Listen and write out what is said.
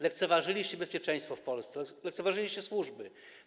Lekceważyliście bezpieczeństwo w Polsce, lekceważyliście służby.